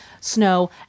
snow